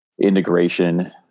integration